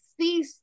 see